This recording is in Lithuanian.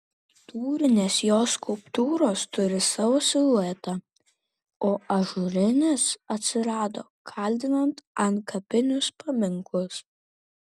tūrinės jo skulptūros turi savo siluetą o ažūrinės atsirado kaldinant antkapinius paminklus